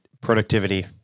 productivity